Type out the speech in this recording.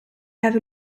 have